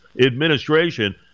administration